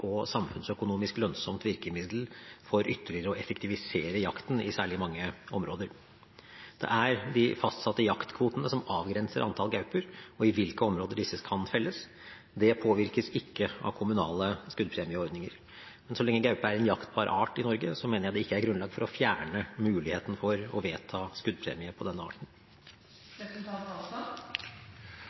samfunnsøkonomisk lønnsomt virkemiddel for ytterligere å effektivisere jakten i særlig mange områder. Det er de fastsatte jaktkvotene som avgrenser antall gauper og i hvilke områder disse kan felles. Det påvirkes ikke av kommunale skuddpremieordninger. Men så lenge gaupe er en jaktbar art i Norge, mener jeg det ikke er grunnlag for å fjerne muligheten for å vedta skuddpremie på denne